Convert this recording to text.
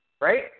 Right